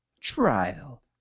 trial